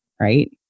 right